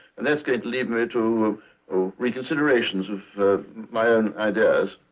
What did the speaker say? and that's going to lead me to reconsiderations of my own ideas.